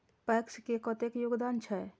PACS के कतेक योगदान छै?